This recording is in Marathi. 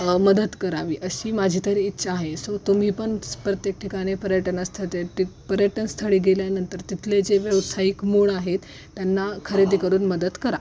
मदत करावी अशी माझी तरी इच्छा आहे सो तुम्हीपण प्रत्येक ठिकाणी पर्यटनस्थळी ट पर्यटनस्थळी गेल्यानंतर तिथले जे व्यावसायिक मूळ आहेत त्यांना खरेदी करून मदत करा